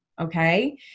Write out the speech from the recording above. Okay